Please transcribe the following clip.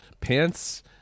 pants